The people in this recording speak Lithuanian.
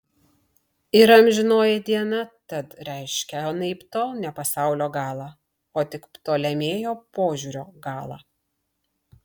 ir amžinoji diena tad reiškia anaiptol ne pasaulio galą o tik ptolemėjo požiūrio galą